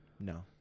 no